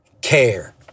care